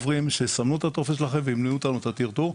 שיסמנו את הטופס וימנעו מאיתנו את הטרטור,